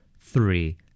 three